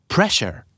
Pressure